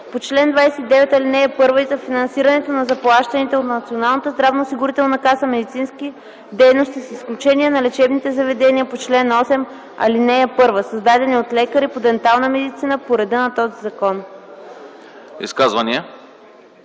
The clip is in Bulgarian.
по чл. 29, ал. 1 и за финансирането на заплащаните от Националната здравноосигурителна каса медицински дейности, с изключение на лечебните заведения по чл. 8 ал. 1, създадени от лекари по дентална медицина по реда на този закон.”